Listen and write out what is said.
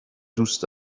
دوست